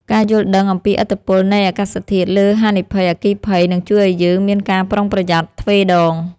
ការយល់ដឹងអំពីឥទ្ធិពលនៃអាកាសធាតុលើហានិភ័យអគ្គិភ័យនឹងជួយឱ្យយើងមានការប្រុងប្រយ័ត្នទ្វេដង។